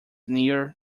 near